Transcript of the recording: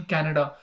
Canada।